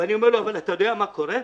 ואני אומר לו: אבל אתה יודע מה קורה?